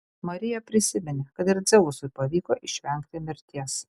marija prisiminė kad ir dzeusui pavyko išvengti mirties